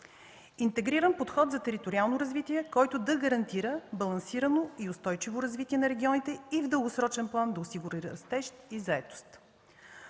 интегриран подход за териториално развитие, който да гарантира балансирано и устойчиво развитие на регионите и в дългосрочен план да осигури растеж и заетост.